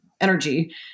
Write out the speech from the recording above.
energy